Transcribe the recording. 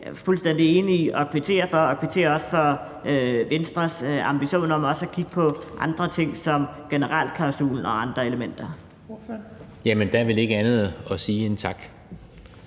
er jeg fuldstændig enig i og kvitterer for og kvitterer også for Venstres ambition om også at kigge på andre ting som generalklausulen og andre elementer. Kl. 11:31 Fjerde næstformand